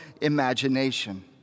imagination